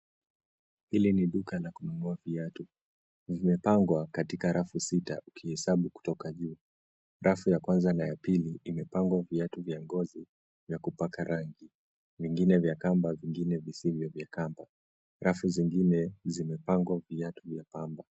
Hili ni duka la kununua viatu. Vimepangwa katika rafu sita ukihesabu kutoka juu. Rafu ya kwanza na ya pili, imepangwa viatu vya ngozi vya kupaka rangi. Vingine vya kamba ,vingine visivyo vya kamba. Rafu zingine zimepangwa viatu vya kamba.